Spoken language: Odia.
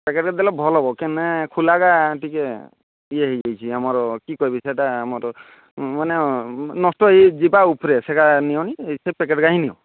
ପ୍ୟାକେଟ୍ ଦେଲେ ଭଲ ହେବ କେନେ ଖୁଲାଗା ଟିକେ ଇଏ ହୋଇଯାଇଛି ଆମର କି କହିବି ସେଟା ଆମର ମାନେ ନଷ୍ଟ ହୋଇଯିବା ଉପରେ ସେଗା ନିଅନି ସେ ପ୍ୟାକେଟ୍ ଗା ହିଁ ନିଅ